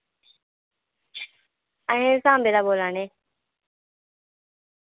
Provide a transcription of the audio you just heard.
अस साम्बे दा बोल्ला ने